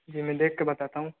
जी मैं देख के बताता हूँ